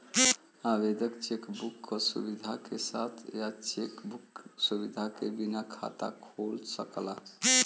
आवेदक cheque book क सुविधा के साथ या चेक बुक सुविधा के बिना खाता खोल सकला